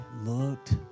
looked